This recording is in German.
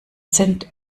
sind